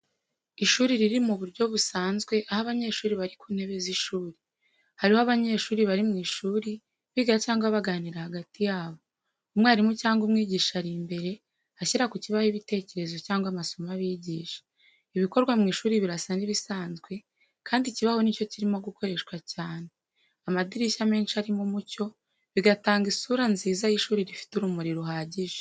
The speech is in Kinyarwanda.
Ishuri riri mu buryo busanzwe, aho abanyeshuri bari ku ntebe zishuri. Hariho abanyeshuri bari mu ishuri, biga cyangwa baganira hagati yabo. Umwarimu cyangwa umwigisha ari imbere, ashyira ku kibaho ibitekerezo cyangwa amasomo abigisha. Ibikorwa mu ishuri birasa n’ibisanzwe, kandi ikibaho ni cyo kirimo gukoreshwa cyane. Amadirishya menshi arimo umucyo, bigatanga isura nziza y'ishuri rifite urumuri ruhagije.